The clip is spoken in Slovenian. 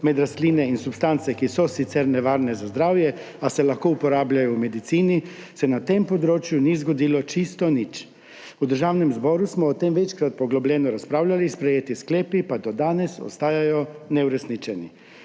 med rastline in substance, ki so sicer nevarne za zdravje, a se lahko uporabljajo v medicini – se na tem področju ni zgodilo čisto nič. V Državnem zboru smo o tem večkrat poglobljeno razpravljali, sprejeti sklepi pa do danes ostajajo neuresničeni.